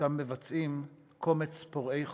שמבצעים קומץ פורעי חוק.